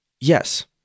yes